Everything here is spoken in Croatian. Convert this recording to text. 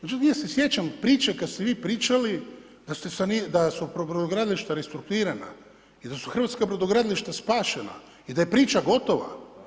Međutim, ja se sjećam priče kad ste vi pričali da su brodogradilišta restruktuirana i da su hrvatska brodogradilišta spašena i da je priča gotova.